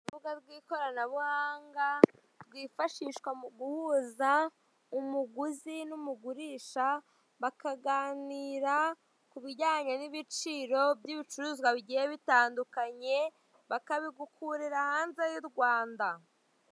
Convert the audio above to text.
Urubuga rw'ikoranabuhanga, rwifashishwa mu guhuza umuguzi n'umugurisha, bakaganira ku bijyanye n'ibiciro by'ibicuruzwa bigiye bitandukanye, bakabigukurira hanze y'u Rwanda.